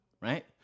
right